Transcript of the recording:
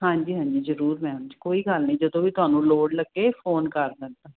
ਹਾਂਜੀ ਹਾਂਜੀ ਜਰੂਰ ਮੈਮ ' ਚ ਕੋਈ ਗੱਲ ਨਹੀਂ ਜਦੋਂ ਵੀ ਤੁਹਾਨੂੰ ਲੋੜ ਲੱਗੇ ਫੋਨ ਕਰ ਦੇਣ